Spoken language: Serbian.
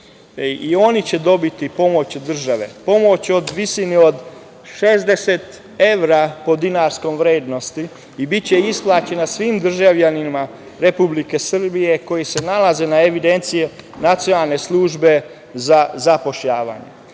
I oni će dobiti pomoć države. Pomoć u visini od 60 evra po dinarskoj vrednosti i biće isplaćena svim državljanima Republike Srbije koji se nalaze na evidenciji Nacionalne službe za zapošljavanje.